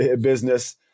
business